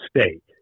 state